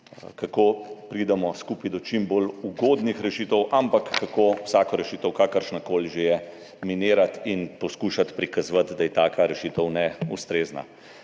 kako pridemo skupaj do čim bolj ugodnih rešitev, ampak kako vsako rešitev, kakršna koli že je, minirati in poskušati prikazovati, da je taka rešitev neustrezna.